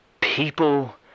people